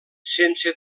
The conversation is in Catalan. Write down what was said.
sense